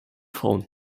frauen